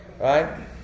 Right